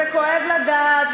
זה כואב לשמוע וזה כואב לדעת,